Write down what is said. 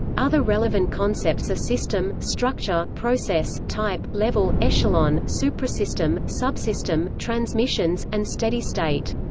other relevant concepts are system, structure, process, type, level, echelon, suprasystem, subsystem, transmissions, and steady state.